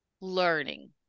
learning